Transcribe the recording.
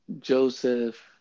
Joseph